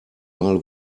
mal